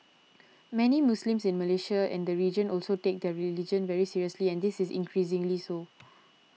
many Muslims in Malaysia and the region also take their religion very seriously and this is increasingly so